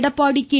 Edappadi K